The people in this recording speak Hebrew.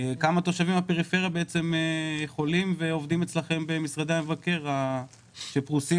כמה תושבים מהפריפריה עובדים במשרדי המבקר הפרוסים?